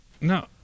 No